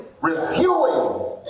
reviewing